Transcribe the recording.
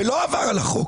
שלא עבר על החוק.